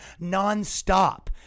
nonstop